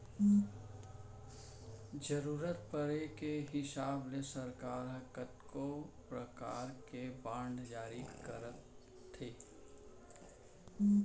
जरूरत परे के हिसाब ले सरकार ह कतको परकार के बांड जारी करत रथे